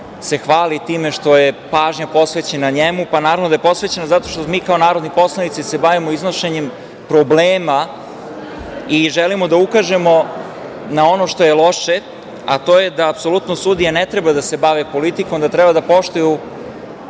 on hvali time što je pažnja posvećena njemu. Naravno da je posvećen, zato što mi kao narodni poslanici se bavimo iznošenjem problema i želimo da ukažemo na ono što je loše, a to je da apsolutno sudije ne treba da se bave politikom, da treba da poštuju